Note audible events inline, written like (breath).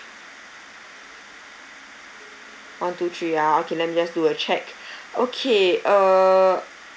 one two three ah okay let me just do a check (breath) okay uh